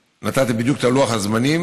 נתתי בדיוק את לוח הזמנים,